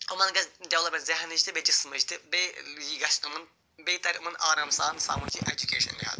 یِمَن گژھِ ڈٮ۪ولَپمٮ۪نٛٹ ذہنٕچ تہٕ بیٚیہِ جِسمٕچ تہِ بیٚیہِ یہِ گژھِ یِمَن بیٚیہِ تَرِ یِمَن آرام سان سَمجھ یہِ اٮ۪جُکیشَن